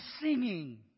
singing